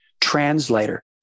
translator